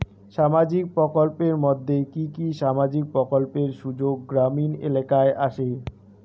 সামাজিক প্রকল্পের মধ্যে কি কি সামাজিক প্রকল্পের সুযোগ গ্রামীণ এলাকায় আসে?